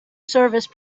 service